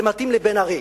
זה מתאים לבן-ארי,